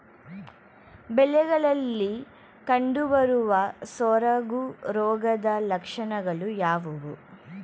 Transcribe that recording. ಬೆಳೆಗಳಲ್ಲಿ ಕಂಡುಬರುವ ಸೊರಗು ರೋಗದ ಲಕ್ಷಣಗಳು ಯಾವುವು?